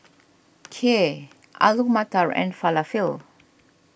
Kheer Alu Matar and Falafel